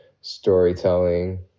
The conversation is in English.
storytelling